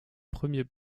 premier